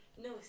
No